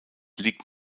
liegt